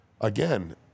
Again